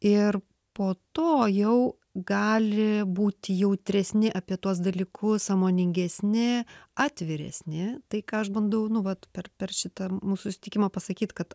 ir po to jau gali būti jautresni apie tuos dalykus sąmoningesni atviresni tai ką aš bandau nu vat per per šitą mūsų susitikimą pasakyt kad